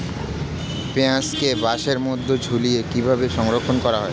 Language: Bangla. পেঁয়াজকে বাসের মধ্যে ঝুলিয়ে কিভাবে সংরক্ষণ করা হয়?